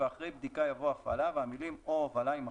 ואחרי "בדיקה" יבוא "הפעלה" והמילים "או הובלה" יימחקו.